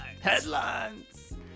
Headlines